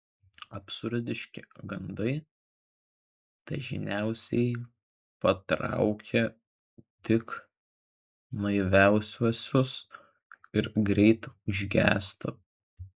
absurdiški gandai dažniausiai patraukia tik naiviausiuosius ir greit užgęsta